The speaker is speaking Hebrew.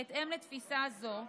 בהתאם לתפיסה זו,